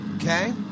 okay